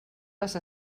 les